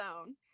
own